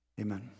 Amen